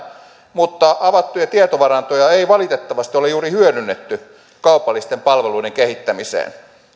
mutta avattuja tietovarantoja ei valitettavasti ole juuri hyödynnetty kaupallisten palveluiden kehittämiseen